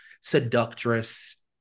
seductress